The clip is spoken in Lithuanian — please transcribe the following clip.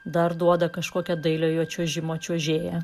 dar duoda kažkokią dailiojo čiuožimo čiuožėją